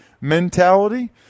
mentality